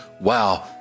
Wow